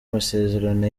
amasezerano